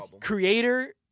creator